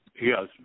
Yes